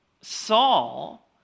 Saul